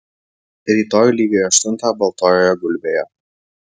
rytoj lygiai aštuntą baltojoje gulbėje